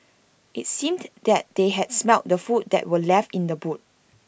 IT seemed that they had smelt the food that were left in the boot